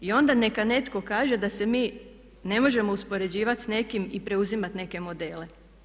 I onda neka netko kaže da se mi ne možemo uspoređivati s nekim i preuzimati neke modele.